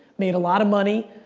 made a lot of money,